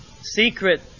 Secret